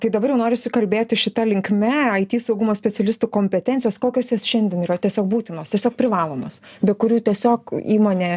tai dabar jau norisi kalbėti šita linkme aity saugumo specialistų kompetencijos kokios jos šiandien yra tiesiog būtinos tiesiog privalomos be kurių tiesiog įmonė